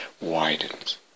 widens